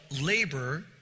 labor